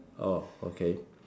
oh okay